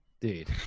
Dude